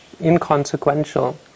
inconsequential